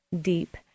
deep